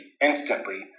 instantly